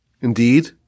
Indeed